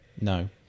No